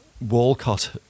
Walcott